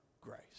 grace